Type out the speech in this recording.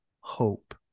hope